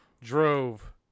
drove